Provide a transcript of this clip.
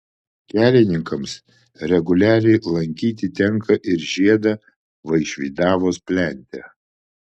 kelininkams reguliariai lankyti tenka ir žiedą vaišvydavos plente